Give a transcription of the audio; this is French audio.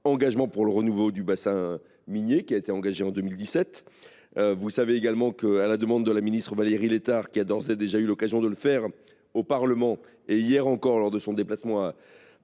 Engagement pour le renouveau du bassin minier, lancé en 2017. À la demande de la ministre Valérie Létard, qui a d’ores et déjà eu l’occasion de le faire au Parlement et hier encore lors de son déplacement à